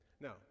Now